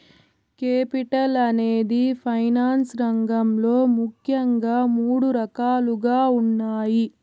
capital అనేది finance రంగంలో ముఖ్యంగా మూడు రకాలుగా ఉన్నాయి